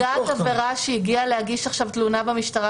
זאת נפגעת עבירה שהגיעה עכשיו להגיש תלונה במשטרה,